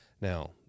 now